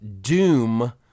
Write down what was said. Doom